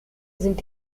sind